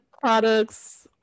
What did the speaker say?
products